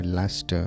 last